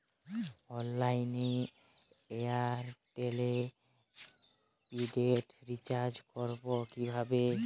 অনলাইনে এয়ারটেলে prepaid recharge করবো কিভাবে?